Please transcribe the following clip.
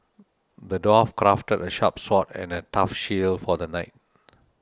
the dwarf crafted a sharp sword and a tough shield for the knight